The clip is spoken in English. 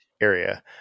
area